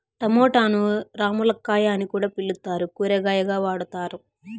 టమోటాను రామ్ములక్కాయ అని కూడా పిలుత్తారు, కూరగాయగా వాడతారు